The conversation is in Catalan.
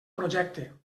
projecte